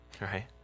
right